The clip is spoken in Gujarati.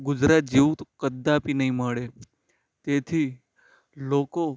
ગુજરાત જેવું તો કદાપિ નહીં મળે તેથી લોકો